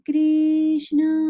Krishna